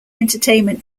entertainment